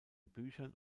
büchern